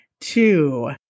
two